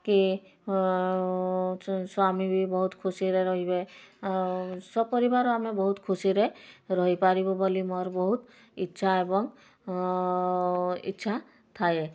କି ସ୍ୱାମୀ ବି ବହୁତ ଖୁସିରେ ରହିବେ ଆଉ ସପରିବାର ଆମେ ବହୁତ ଖୁସିରେ ରହିପାରିବୁ ବୋଲି ମୋର ବହୁତ ଇଚ୍ଛା ଏବଂ ଇଚ୍ଛା ଥାଏ